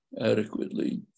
adequately